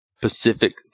Pacific